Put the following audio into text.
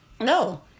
no